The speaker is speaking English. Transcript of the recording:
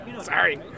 Sorry